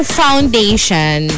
foundation